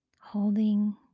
holding